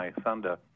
thunder